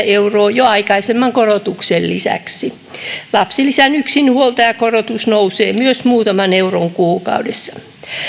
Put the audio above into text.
euroa jo aikaisemman korotuksen lisäksi myös lapsilisän yksinhuoltajakorotus nousee muutaman euron kuukaudessa